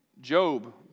Job